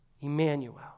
Emmanuel